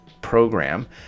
program